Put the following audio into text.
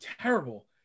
terrible